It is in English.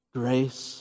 grace